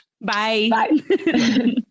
bye